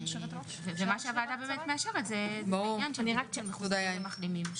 מה שהוועדה באמת מאשרת זה בידוד למחוסנים ומחלימים.